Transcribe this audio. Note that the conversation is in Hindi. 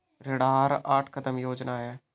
ऋण आहार आठ कदम योजना है